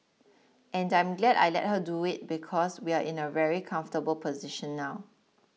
and I'm glad I let her do it because we're in a very comfortable position now